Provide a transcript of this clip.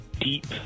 deep